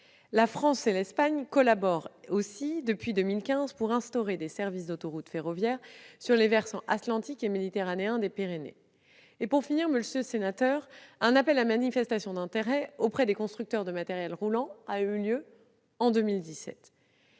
La France et l'Espagne collaborent aussi depuis 2015 en vue d'instaurer des services d'autoroute ferroviaire sur les versants atlantique et méditerranéen des Pyrénées. Pour finir, monsieur le sénateur, je rappelle qu'un appel à manifestation d'intérêt auprès des constructeurs de matériel roulant a eu lieu en 2017.